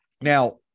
Now